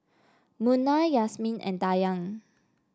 Munah Yasmin and Dayang